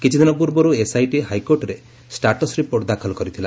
କିଛିଦିନ ପୁର୍ବର୍ ଏସ୍ଆଇଟି ହାଇକୋର୍ଟରେ ଷ୍ଟାଟସ ରିପୋର୍ଟ ଦାଖଲ କରିଥିଲା